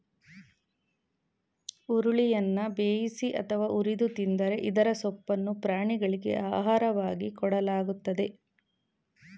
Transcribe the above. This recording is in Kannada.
ಹುರುಳಿಯನ್ನ ಬೇಯಿಸಿ ಅಥವಾ ಹುರಿದು ತಿಂತರೆ ಇದರ ಸೊಪ್ಪನ್ನು ಪ್ರಾಣಿಗಳಿಗೆ ಆಹಾರವಾಗಿ ಕೊಡಲಾಗ್ತದೆ